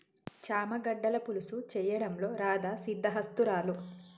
చామ గడ్డల పులుసు చేయడంలో రాధా సిద్దహస్తురాలు